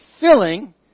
filling